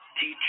teach